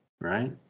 right